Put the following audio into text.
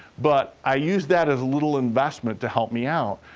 but i used that as a little investment to help me out.